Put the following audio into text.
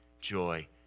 joy